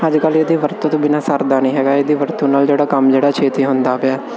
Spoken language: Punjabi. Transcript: ਅੱਜ ਕੱਲ੍ਹ ਇਹਦੇ ਵਰਤੋਂ ਤੋਂ ਬਿਨ੍ਹਾਂ ਸਰਦਾ ਨਹੀਂ ਹੈਗਾ ਇਹਦੇ ਵਰਤੋ ਨਾਲ ਜਿਹੜਾ ਕੰਮ ਜਿਹੜਾ ਛੇਤੀ ਹੁੰਦਾ ਪਿਆ